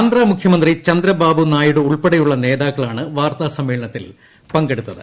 ആന്ധ്രമുഖ്യമന്ത്രി ചന്ദ്രബാബു നായിഡു ഉൾപ്പെടെയുള്ള നേതാക്കളാണ് വാർത്താ സമ്മേളനത്തിൽ പങ്കെടുത്തത്